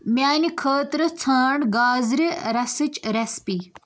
میٛانہِ خٲطرٕ ژھانٛڈ گازرِ رَسٕچ ریسِپی